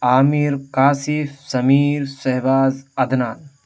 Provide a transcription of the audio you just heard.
Amir Kashif Sameer Shahbaz Adnan